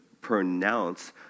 pronounce